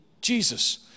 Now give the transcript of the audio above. Jesus